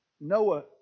Noah